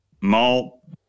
malt